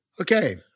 Okay